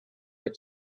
had